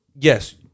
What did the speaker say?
yes